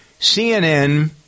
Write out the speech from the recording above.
CNN